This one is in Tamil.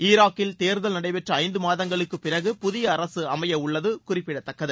ஈராக்கில் தேர்தல் நடைபெற்ற ஐந்து மாதங்களுக்கு பிறகு புதிய அரசு அமைய உள்ளது குறிப்பிடத்தக்கது